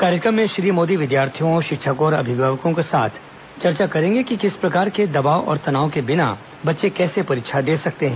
कार्यक्रम में श्री मोदी विद्यार्थियों शिक्षकों और अभिभावकों के साथ चर्चा करेंगे कि किसी प्रकार के दबाव और तनाव के बिना बच्चे कैसे परीक्षा दे सकते हैं